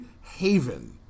haven